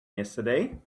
yesterday